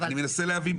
אני מנסה להבין.